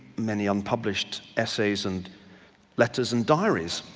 many unpublished essays and letters and diaries,